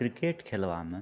cricket खेलबामे